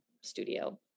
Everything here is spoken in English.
studio